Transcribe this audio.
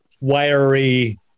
wiry